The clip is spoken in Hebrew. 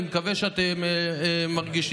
אני מקווה שאתם מרגישים